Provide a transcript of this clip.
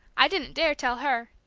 i didn't dare tell her.